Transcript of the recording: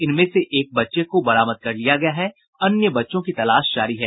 इनमें से एक बच्चे को बरामद कर लिया गया है अन्य बच्चों की तलाश जारी है